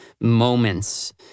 moments